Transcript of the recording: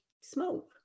smoke